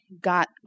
got